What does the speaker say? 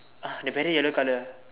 !huh! the barrier yellow color